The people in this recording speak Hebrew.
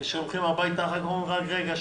וכשהולכים הביתה אחר כך אומרים רק רגע,